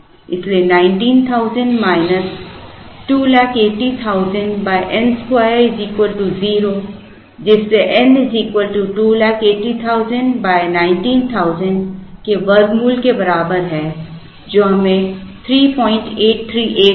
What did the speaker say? इसलिए 19000 minus 280000 n वर्ग 0 जिससे n 280000 19000 के वर्गमूल के बराबर है जो हमें 3838 देगा